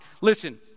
listen